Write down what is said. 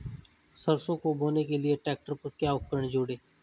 सरसों को बोने के लिये ट्रैक्टर पर क्या उपकरण जोड़ें?